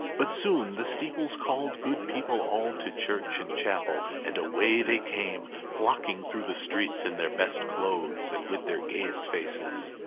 but soon the steeples called good people all, to church and chapel, and away they came, flocking through the streets in their best clothes, and with their gayest faces.